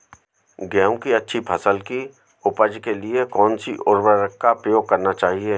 गेहूँ की अच्छी फसल की उपज के लिए कौनसी उर्वरक का प्रयोग करना चाहिए?